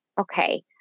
Okay